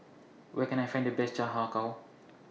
Where Can I Find The Best Har Kow